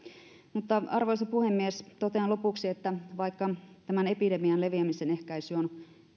arvoisa puhemies totean lopuksi että vaikka tämän epidemian leviämisen ehkäisy on